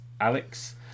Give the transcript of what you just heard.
alex